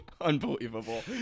Unbelievable